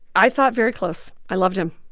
i thought very close. i loved him.